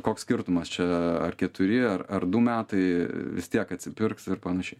koks skirtumas čia ar keturi ar ar du metai vis tiek atsipirks ir panašiai